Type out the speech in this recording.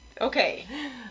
okay